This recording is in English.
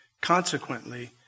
Consequently